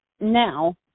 now